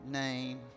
name